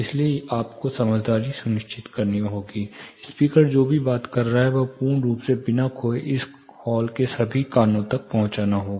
इसलिए आपको समझदारी सुनिश्चित करनी होगी स्पीकर जो भी बात कर रहा है वह पूर्ण रूप से बिना खोए इस हॉल में सभी कानों तक पहुंचाना होगा